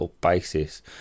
Basis